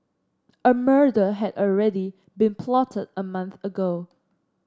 a murder had already been plotted a month ago